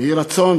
"יהי רצון